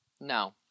No